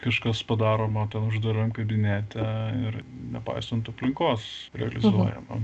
kažkas padaroma uždaram kabinete ir nepaisant aplinkos realizuojama